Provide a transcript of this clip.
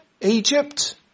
Egypt